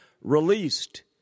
Released